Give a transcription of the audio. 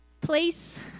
place